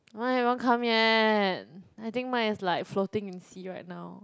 mine haven't come yet I think mine is like floating in the sea right now